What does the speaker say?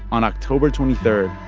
on october twenty three,